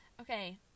Okay